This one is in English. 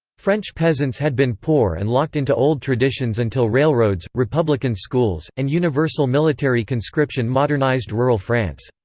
french peasants had been poor and locked into old traditions until railroads, republican schools, and universal military conscription modernized rural france.